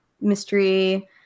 mystery